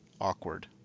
awkward